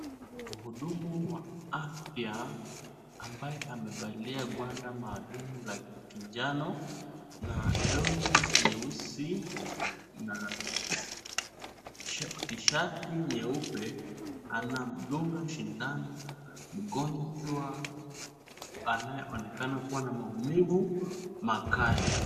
Muhudumu wa afya ambaye amevalia ngwanda maalum la kinjano na long'i nyeusi na tshirt nyeupe, anamdunga sindano mgonjwa anayeonekana kuwa na maumivu makali.